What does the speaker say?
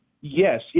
yes